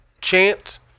chance